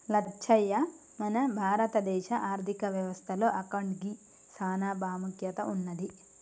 లచ్చయ్య మన భారత దేశ ఆర్థిక వ్యవస్థ లో అకౌంటిగ్కి సాన పాముఖ్యత ఉన్నది